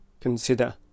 Consider